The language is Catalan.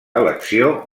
elecció